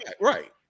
right